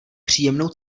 příjemnou